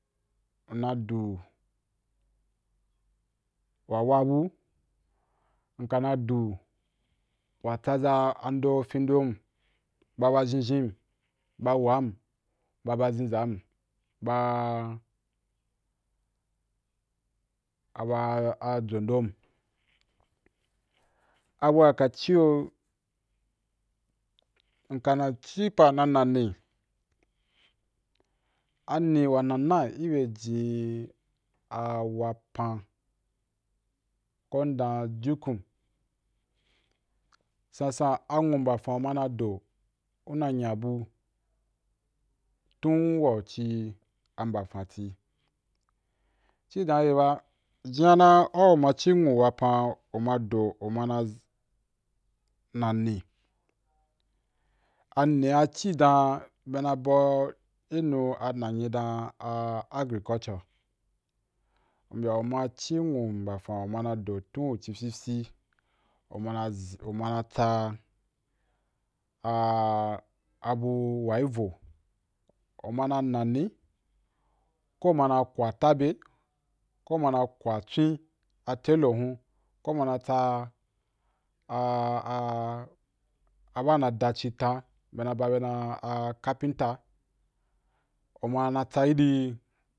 Nna du wa wa’a bu, nka na du wa tsaza ando, findon, ba bazhinzhim, ba wam, ba ba zinzam, ba a ba jo dom, abu wa ka ci yo nkanaci pa wa na nani, ani wa nana i bya jin a wapan ko mdan jukun sansan anwu mbafan u mana do u na naya bu ton wa u ci a mbafan ti ci dan ye ba jinyana u ma ci nwu wapan u mana do u mana nani, ani a cì dan be na bau ì nu a nanyi dan a agriculture bya u ma ci nwu mbafan u mana do tun u ci fyifyi u mana tsa a abu wa ì vo, u mana nani, ko u mana kwa tabea, ko umana kwa twen a tailor hun ko u mana tsa a a, a ba na da chintan be na ba bya dan a capenter u mana tsa idì